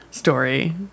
Story